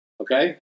Okay